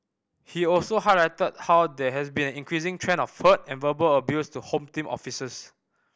he also highlighted how there has been an increasing trend of hurt and verbal abuse to Home Team officers